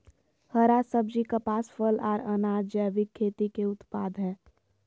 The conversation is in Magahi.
हरा सब्जी, कपास, फल, आर अनाज़ जैविक खेती के उत्पाद हय